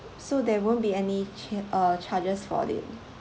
so there won't be any char~ uh charges for it